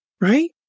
right